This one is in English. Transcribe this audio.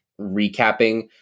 recapping